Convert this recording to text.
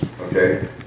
Okay